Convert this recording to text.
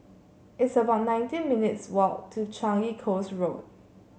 it's about nineteen minutes' walk to Changi Coast Road